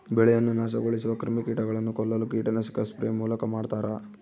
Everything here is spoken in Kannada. ಬೆಳೆಯನ್ನು ನಾಶಗೊಳಿಸುವ ಕ್ರಿಮಿಕೀಟಗಳನ್ನು ಕೊಲ್ಲಲು ಕೀಟನಾಶಕ ಸ್ಪ್ರೇ ಮೂಲಕ ಮಾಡ್ತಾರ